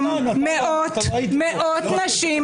ומאות נשים,